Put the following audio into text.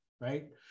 right